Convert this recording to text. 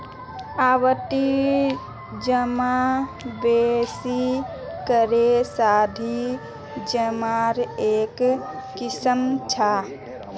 आवर्ती जमा बेसि करे सावधि जमार एक किस्म छ